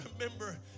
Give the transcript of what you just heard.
remember